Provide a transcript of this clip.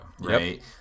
right